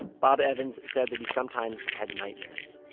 bob evans said that he sometimes had nightmares.